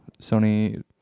sony